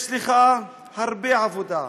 יש לך הרבה עבודה,